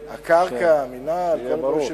הקרקע, המינהל, כל הדברים שמסביב.